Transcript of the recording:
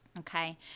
Okay